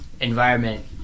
Environment